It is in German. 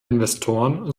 investoren